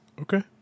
Okay